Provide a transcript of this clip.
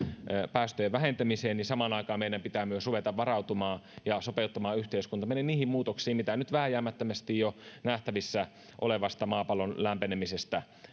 päästöjen vähentämiseen meidän pitää ruveta varautumaan ja sopeuttamaan yhteiskuntaamme niihin muutoksiin mitä nyt vääjäämättömästi jo nähtävissä olevasta maapallon lämpenemisestä